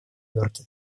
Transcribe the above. йорке